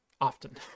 often